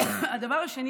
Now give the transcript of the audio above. אין כלום.